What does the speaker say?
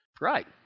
Right